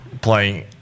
playing